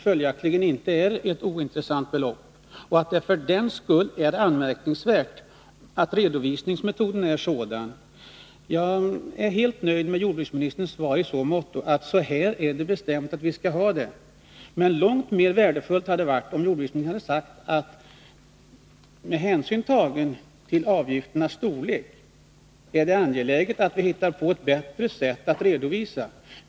Följaktligen är det inte fråga om något ointressant belopp, och därför är redovisningsmetoden anmärkningsvärd. Det är riktigt som jordbruksministern sade att så är det bestämt att vi skall ha det. Men långt mer värdefullt hade det varit om jordbruksministern hade sagt att med hänsyn till avgifternas storlek är det angeläget att vi hittar ett bättre sätt att redovisa.